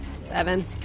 Seven